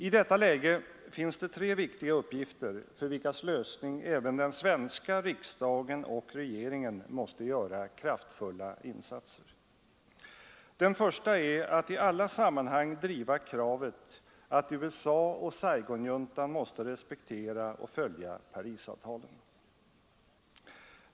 I detta läge finns det tre viktiga uppgifter för vilkas lösning även den svenska riksdagen och regeringen måste göra kraftfulla insatser. Den första är att i alla sammanhang driva kravet att USA och Saigonjuntan måste respektera och följa Parisavtalen.